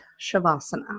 Shavasana